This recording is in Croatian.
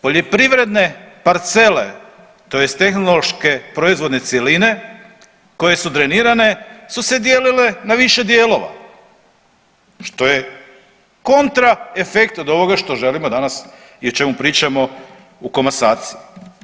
Poljoprivredne parcele, tj. tehnološke proizvodne cjeline koje su drenirane su se dijelile na više dijelova što je kontra efekt od ovoga što želimo danas i o čemu pričamo u komasaciji.